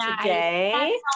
today